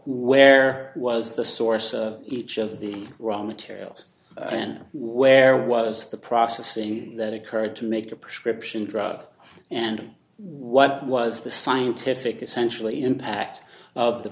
where was the source of each of the raw materials and where was the processing that occurred to make a prescription drug and what was the scientific essentially impact of the